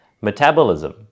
Metabolism